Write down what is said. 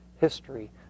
history